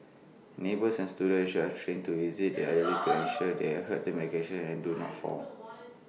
neighbours and students could be trained to visit the elderly to ensure they adhere to medication and do not fall